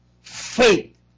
faith